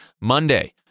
Monday